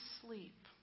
sleep